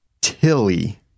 Tilly